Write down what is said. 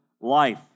life